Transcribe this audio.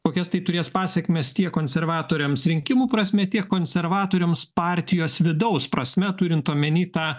kokias tai turės pasekmes tiek konservatoriams rinkimų prasme tiek konservatoriams partijos vidaus prasme turint omenyje tą